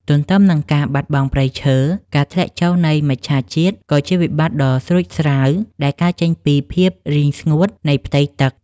ទន្ទឹមនឹងការបាត់បង់ព្រៃឈើ ការធ្លាក់ចុះនៃមច្ឆជាតិក៏ជាវិបត្តិដ៏ស្រួចស្រាវដែលកើតចេញពីភាពរីងស្ងួតនៃផ្ទៃទឹក។